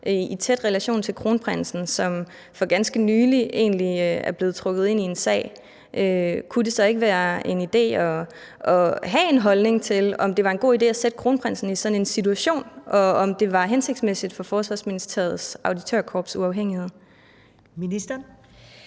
i tæt relation til kronprinsen, som egentlig for ganske nylig er blevet trukket ind i en sag, kunne det så ikke være en idé at have en holdning til, om det var en god idé at sætte kronprinsen i sådan en situation, og om det var hensigtsmæssigt for Forsvarsministeriets Auditørkorps' uafhængighed? Kl.